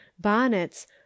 bonnets